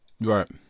Right